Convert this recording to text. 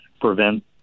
prevent